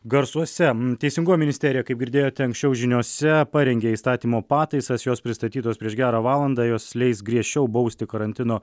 garsuose teisingumo ministerija kaip girdėjote anksčiau žiniose parengė įstatymo pataisas jos pristatytos prieš gerą valandą jos leis griežčiau bausti karantino